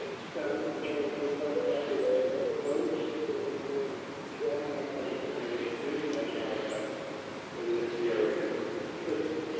status of the transfer request updates to proposed, and the form has been submitted to the national archives in the era system.